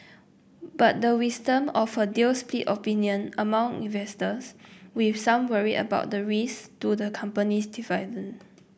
but the wisdom of a deal split opinion among investors with some worried about the risk to the company's